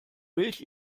milch